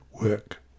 work